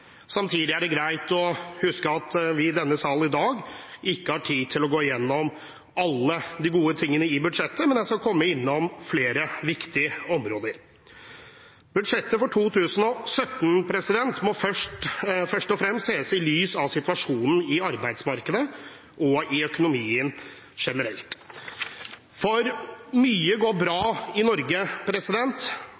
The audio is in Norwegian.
Samtidig er det greit å huske at vi i denne sal i dag ikke har tid til å gå igjennom alle de gode tingene i budsjettet, men jeg skal komme innom flere viktige områder. Budsjettet for 2017 må først og fremst ses i lys av situasjonen i arbeidsmarkedet og i økonomien generelt. Mye går bra